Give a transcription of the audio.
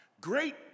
Great